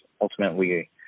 ultimately